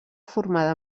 formada